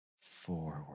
forward